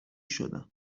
شدن